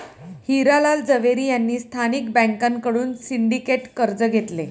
हिरा लाल झवेरी यांनी स्थानिक बँकांकडून सिंडिकेट कर्ज घेतले